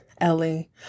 Ellie